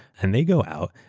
and they go out,